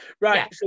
right